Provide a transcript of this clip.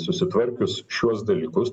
susitvarkius šiuos dalykus